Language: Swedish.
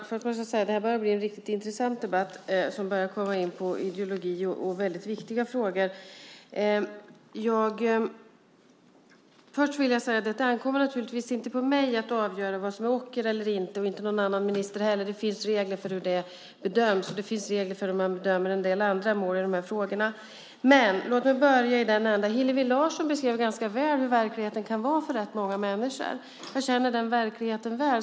Fru talman! Det här börjar bli en riktigt intressant debatt, som kommer in på ideologi och väldigt viktiga frågor. Det ankommer naturligtvis inte på mig eller någon annan minister att avgöra vad som är ocker eller inte. Det finns regler för hur det bedöms, och det finns regler för hur man bedömer en del andra mål i de här frågorna. Hillevi Larsson beskrev ganska väl hur verkligheten kan se ut för rätt många människor. Jag känner den verkligheten väl.